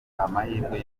amahirwe